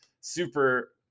super